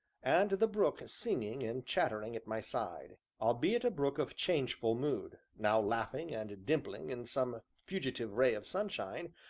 and the brook singing and chattering at my side albeit a brook of changeful mood, now laughing and dimpling in some fugitive ray of sunshine,